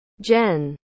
Jen